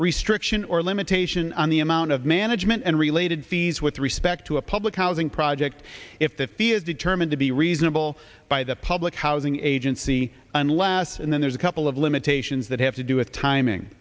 restriction or limitation on the amount of management and related fees with respect to a public housing project if the fee is determined to be reasonable by the public housing agency unless and then there's a couple of limitations that have to do with timing